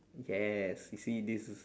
yes you see this is